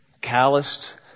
calloused